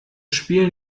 spiel